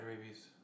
rabies